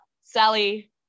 Sally